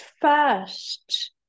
first